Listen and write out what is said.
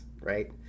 right